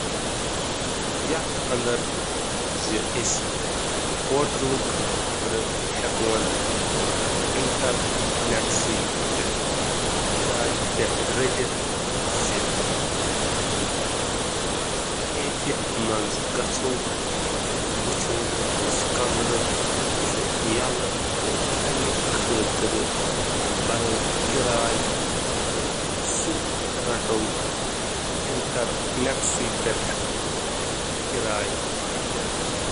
تۄہہِ پیٚیَو بُکنگ خٲطرٕ پانس مُتعلِق بُنیٲدی زانٛکٲری فراہم کرنٕچ ضٔروٗرت، یِتھ کٔنہِ زن تُہُنٛد پوٗرٕ ناو تہٕ تُہٕنٛدِ سفرٕچ تٲریٖخ۔ تُہۍ ہیٚکِو ہوٹلَس سیوٚدُے کال کٔرِتھ کمرٕ تہِ ریزرو کٔرِتھ۔ ژیٖرِ شامَس کٔرِو کال کرنٕچ کوٗشِش تِکیٛازِ صُبحٲے تہٕ دُپہرَس ہٮ۪کَن برٛونٛہہ کِس ڈیسکَس پٮ۪ٹھ آوٕر ٲسِتھ۔